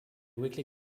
weekly